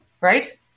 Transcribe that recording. right